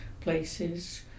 places